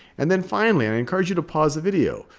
and then finally, i encourage you to pause the video.